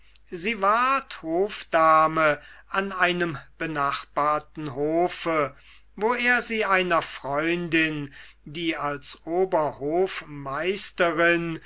hofdame an einem benachbarten hofe wo er sie einer freundin die als